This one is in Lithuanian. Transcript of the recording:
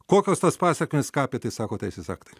kokios tos pasekmės ką apie tai sako teisės aktai